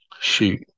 shoot